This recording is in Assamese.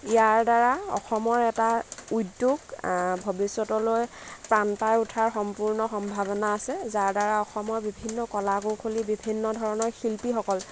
ইয়াৰ দ্বাৰা অসমৰ এটা উদ্য়োগ ভৱিষ্য়তলৈ প্ৰাণ পাই উঠাৰ সম্পূৰ্ণ সম্ভাৱনা আছে যাৰদ্বাৰা অসমৰ বিভিন্ন কলা কৌশলী বিভিন্ন ধৰণৰ শিল্পীসকল